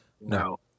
No